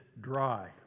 dry